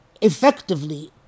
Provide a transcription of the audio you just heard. effectively